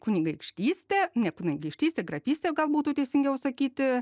kunigaikštystė ne kunigaikštystė grafystė gal būtų teisingiau sakyti